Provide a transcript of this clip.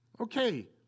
Okay